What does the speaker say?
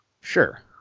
Sure